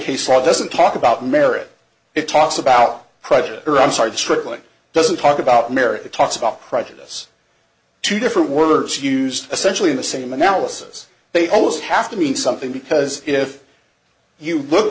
case law doesn't talk about marriage it talks about credit card strictly doesn't talk about marriage it talks about prejudice two different words used essentially in the same analysis they always have to mean something because if you look